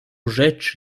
rzecz